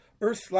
earth